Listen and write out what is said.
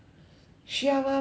需要吗不是